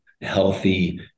healthy